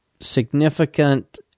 significant